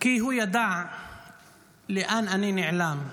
כי הוא ידע לאן אני נעלם.